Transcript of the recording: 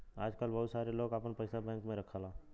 आजकल बहुत सारे लोग आपन पइसा बैंक में रखला